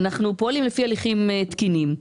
אנחנו פועלים לפי הליכים תקינים.